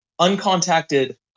uncontacted